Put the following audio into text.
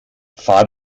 fahr